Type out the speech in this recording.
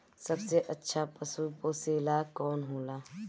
सबसे अच्छा पशु पोसेला कौन होला?